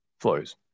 flows